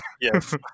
yes